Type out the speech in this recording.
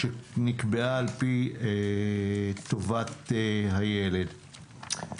שנקבעה על פי טובת הילד.